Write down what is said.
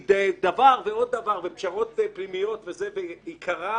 היא דבר ועוד דבר ופשרות פנימיות, ועיקרה,